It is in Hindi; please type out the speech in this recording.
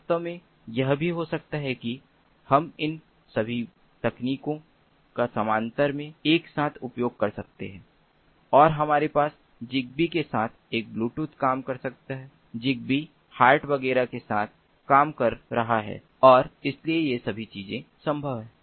वास्तव में यह भी हो सकता है कि हम इन सभी तकनीकों का समानांतर में एक साथ उपयोग कर सकते हैं और हमारे पास ज़िगबी के साथ एक ब्लूटूथ काम कर सकता है ज़िगबी हार्ट वगैरह के साथ काम कर रहा है और इसलिए ये सभी चीजें संभव हैं